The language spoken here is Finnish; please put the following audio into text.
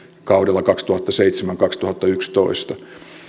kaudella kaksituhattaseitsemän viiva kaksituhattayksitoista